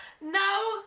No